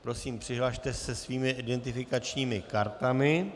Prosím, přihlaste se svými identifikačními kartami.